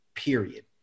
Period